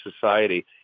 society